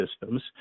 systems